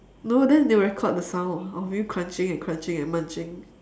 no then they will record the sound of you crunching and crunching and munching